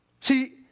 See